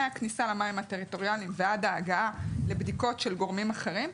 מהכניסה למים הטריטוריאליים ועד ההגעה לבדיקות של גורמים אחרים,